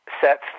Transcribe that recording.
sets